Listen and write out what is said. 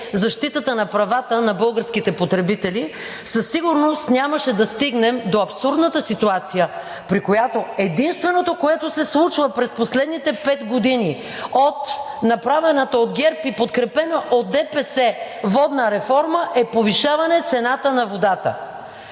защитата на правата на българските потребители, със сигурност нямаше да стигнем до абсурдната ситуация, при която единственото, което се случва през последните пет години, от направената от ГЕРБ и подкрепена от ДПС водна реформа, е повишаване цената на водата.